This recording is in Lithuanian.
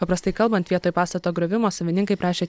paprastai kalbant vietoj pastato griovimo savininkai prašė